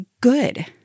good